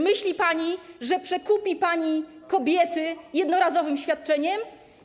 Myśli pani, że przekupi pani kobiety jednorazowym świadczeniem?